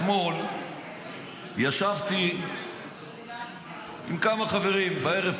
אתמול ישבתי עם כמה חברים בערב,